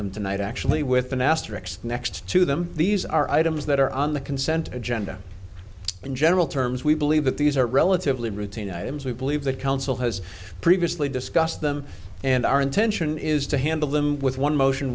them tonight actually with an asterisk next to them these are items that are on the consent agenda in general terms we believe that these are relatively routine items we believe the council has previously discussed them and our intention is to handle them with one motion